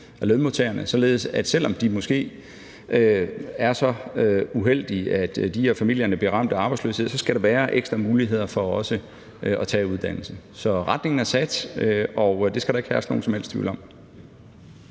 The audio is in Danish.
lønmodtagerne, således at der, selv om de måske er så uheldige, at de og deres familier bliver ramt af arbejdsløshed, skal være ekstra muligheder for at tage en uddannelse. Så retningen er sat, og det skal der ikke herske nogen som helst tvivl om.